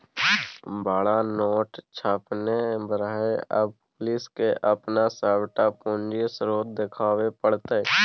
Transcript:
बड़ नोट छापने रहय आब पुलिसकेँ अपन सभटा पूंजीक स्रोत देखाबे पड़तै